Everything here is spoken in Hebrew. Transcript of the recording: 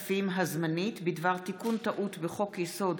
הזמנית לענייני כספים בדבר תיקון טעות בחוק-יסוד: